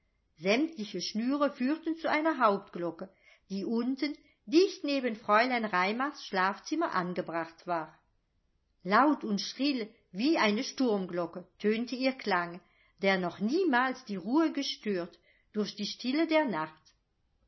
sämtliche schnüre führten zu einer hauptglocke die unten dicht neben fräulein raimars schlafzimmer angebracht war laut und schrill wie eine sturmglocke tönte ihr klang der noch niemals die ruhe gestört durch die stille der nacht